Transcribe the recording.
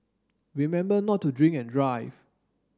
remember not to drink and drive